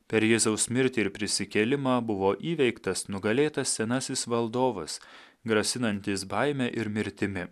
per jėzaus mirtį ir prisikėlimą buvo įveiktas nugalėtas senasis valdovas grasinantys baime ir mirtimi